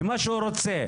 למה שהוא רוצה,